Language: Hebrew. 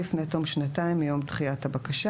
לפני תום שנתיים מיום דחיית הבקשה".